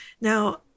now